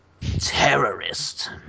Terrorist